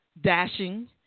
dashing